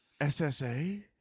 SSA